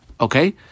Okay